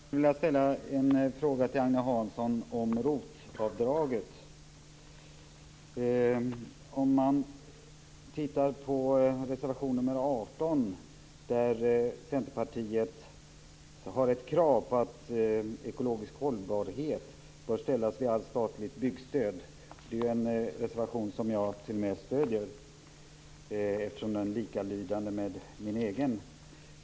Fru talman! Jag skulle vilja ställa en fråga till Agne Hansson om ROT-avdraget. Jag vill ta upp reservation nr 18. Där vill Centerpartiet att krav på ekologisk hållbarhet skall ställas vid allt statligt byggstöd. Det är en reservation som jag t.o.m. stöder eftersom den är likalydande med min egen.